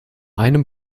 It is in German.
einem